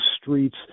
streets